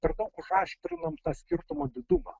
per daug užaštrinam tą skirtumo didumą